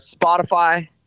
spotify